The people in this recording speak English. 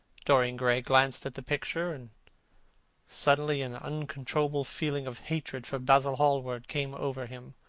dorian gray glanced at the picture, and suddenly an uncontrollable feeling of hatred for basil hallward came over him,